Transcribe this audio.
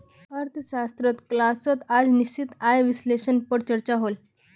अर्थशाश्त्र क्लास्सोत आज निश्चित आय विस्लेसनेर पोर चर्चा होल